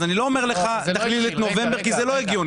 אני לא אומר לך לכלול את נובמבר כי זה לא הגיוני.